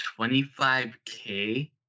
25K